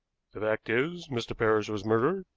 the fact is, mr. parrish was murdered.